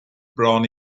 bron